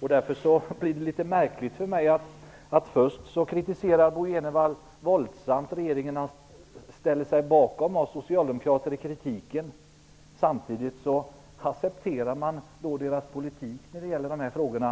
Därför känns det litet märkligt att Bo G Jenevall först kritiserar regeringen våldsamt och ställer sig bakom oss socialdemokrater i kritiken samtidigt som han accepterar regeringens politik i de här frågorna.